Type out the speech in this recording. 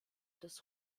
des